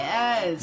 Yes